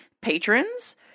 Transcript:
patrons